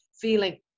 feeling